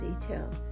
detail